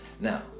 Now